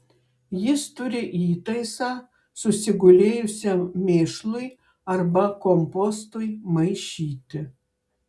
jis turi įtaisą susigulėjusiam mėšlui arba kompostui maišyti